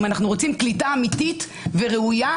אם אנחנו רוצים קליטה אמיתית וראויה,